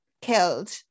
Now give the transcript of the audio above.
killed